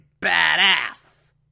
badass